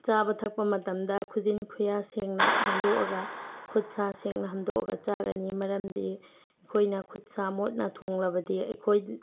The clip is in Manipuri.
ꯆꯥꯕ ꯊꯛꯄ ꯃꯇꯝꯗ ꯈꯨꯖꯤꯟ ꯈꯨꯌꯥ ꯁꯦꯡꯅ ꯍꯥꯝꯗꯣꯛꯑꯒ ꯈꯨꯠ ꯁꯥ ꯁꯦꯡꯅ ꯍꯥꯝꯗꯣꯛꯑꯒ ꯆꯥꯒꯅꯤ ꯃꯔꯝꯗꯤ ꯑꯩꯈꯣꯏꯅ ꯈꯨꯠ ꯁꯥ ꯃꯣꯠꯅ ꯊꯣꯡꯂꯕꯗꯤ ꯑꯩꯈꯣꯏ